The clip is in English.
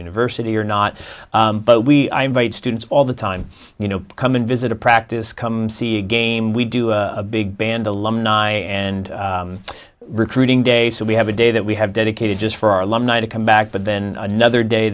university or not but we invite students all the time you know come and visit a practice come see a game we do a big band alumni and recruiting day so we have a day that we have dedicated just for our alumni to come back but then another day